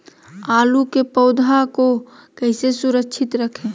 आलू के पौधा को कैसे सुरक्षित रखें?